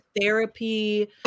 therapy